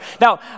Now